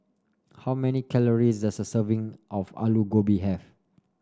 how many calories does a serving of Alu Gobi have